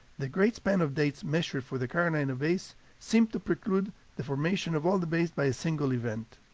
the great span of dates measured for the carolina bays seem to preclude the formation of all the bays by a single event.